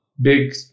big